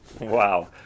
Wow